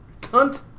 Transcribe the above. Cunt